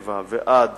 משנת 2007 ועד